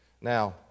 Now